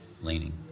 leaning